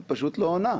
את פשוט לא עונה.